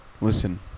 Listen